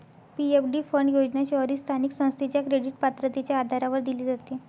PFD fund योजना शहरी स्थानिक संस्थेच्या क्रेडिट पात्रतेच्या आधारावर दिली जाते